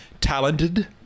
talented